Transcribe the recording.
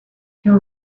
you